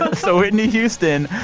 so whitney houston,